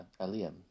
Eliam